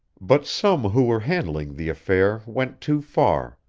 but some who were handling the affair went too far.